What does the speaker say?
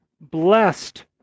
blessed